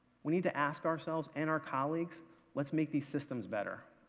we need to ask ourselves and our colleagues let's make these systems better.